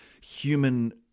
human